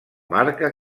marca